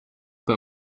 but